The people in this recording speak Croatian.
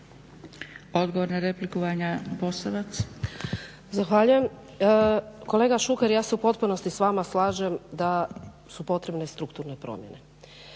**Posavac, Vanja (SDP)** Zahvaljujem. Kolega Šuker ja se u potpunosti s vama slažem da su potrebne strukturne promjene.